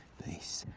base,